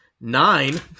nine